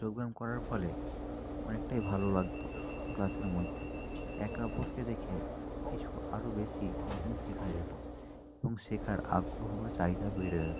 যোগব্যায়াম করার ফলে অনেকটাই ভালো লাগতো ক্লাসের মধ্যে একে অপরকে দেখে কিছু আরো বেশি নতুন শেখা যেত এবং শেখার আগ্রহ বা চাহিদা বেড়ে যেত